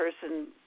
person